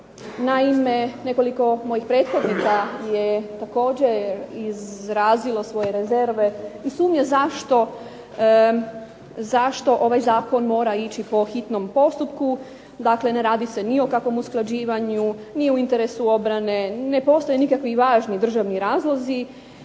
Naime, mojih nekoliko prethodnika je također izrazilo svoje rezerve i sumnje zašto ovaj Zakon mora ići po hitnom postupku. Dakle, ne radi se ni o kakvom usklađivanju, ni u interesu obrane, ne postoje nikakvi važni državni razlozi